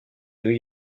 new